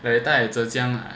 like that time I at 浙江